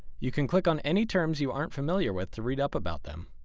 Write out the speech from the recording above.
you can click on any terms you aren't familiar with to read up about them.